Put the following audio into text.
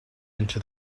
into